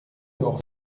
noch